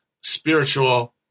spiritual